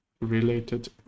related